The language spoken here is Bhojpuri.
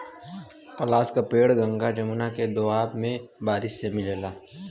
पलाश के पेड़ गंगा जमुना के दोआब में बारिशों से मिलला